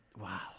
wow